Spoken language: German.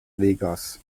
vegas